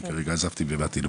וכרגע עזבתי ובאתי לפה.